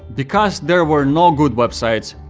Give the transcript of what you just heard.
because there were no good websites,